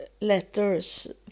letters